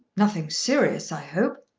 nothing serious, i hope.